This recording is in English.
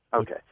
Okay